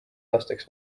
aastaks